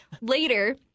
Later